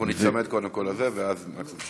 אנחנו ניצמד קודם כול לזה ואז מקסימום,